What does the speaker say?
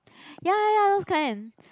ya ya ya those kind